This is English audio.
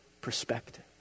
perspective